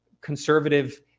conservative